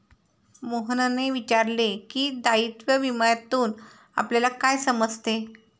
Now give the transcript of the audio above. मोहनने विचारले की, दायित्व विम्यातून आपल्याला काय समजते?